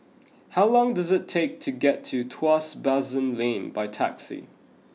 how long does it take to get to Tuas Basin Lane by taxi